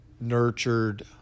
nurtured